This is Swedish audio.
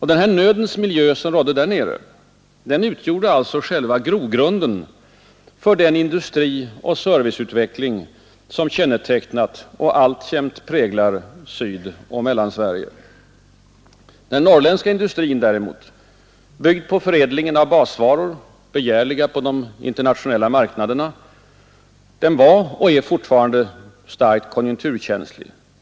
Denna ”nödens miljö” där nere utgjorde alltså själva grogrunden för den industrioch serviceutveckling som kännetecknat och alltjämt präglar Sydoch Mellansverige. Den norrländska industrin däremot, byggd på förädlingen av basvaror som är begärliga på de internationella marknaderna, var och är fortfarande starkt konjunkturkänslig.